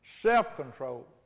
self-control